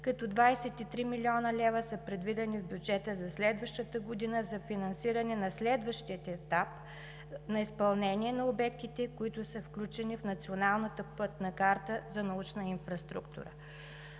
като 23 млн. лв. са предвидени в бюджета за следващата година за финансиране на следващия етап на изпълнение на обектите, които са включени в Националната